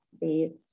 based